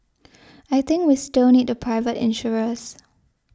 I think we still need the private insurers